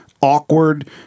awkward